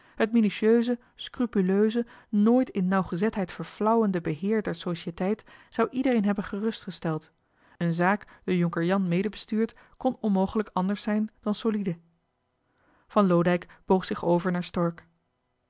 het minutieuze scrupuleuze nooit in nauwgezetheid verflauwende beheer der societeit zou iedereen hebben gerustgesteld een zaak door jonker jan medebestuurd kon onmogelijk anders zijn dan soliede van loodijck boog zich over naar stork